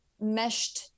meshed